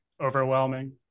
overwhelming